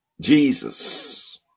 Jesus